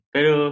Pero